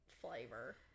flavor